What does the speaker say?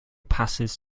passes